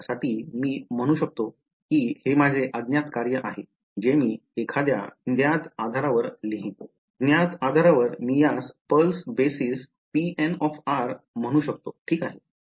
साठी मी म्हणू शकतो की हे माझे अज्ञात कार्य आहे जे मी एखाद्या ज्ञात आधारावर लिहीन ज्ञात आधारावर मी यास पल्स बेसिस pn म्हणू शकतो ठीक